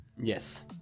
Yes